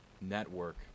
network